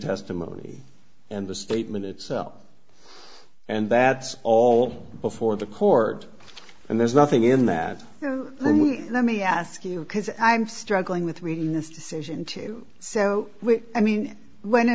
testimony and the statement itself and that's all before the court and there's nothing in that then we let me ask you because i'm struggling with reading this decision to so i mean when